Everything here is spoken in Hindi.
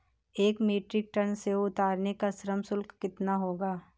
एक मीट्रिक टन सेव उतारने का श्रम शुल्क कितना होगा?